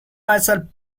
myself